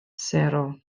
sero